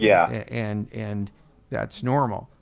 yeah and and that's normal.